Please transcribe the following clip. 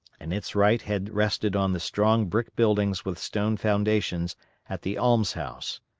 and its right had rested on the strong brick buildings with stone foundations at the almshouse.